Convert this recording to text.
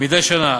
מדי שנה.